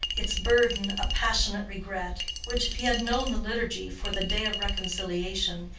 its burden a passionate regret, which, if he had known the liturgy for the day of reconciliation,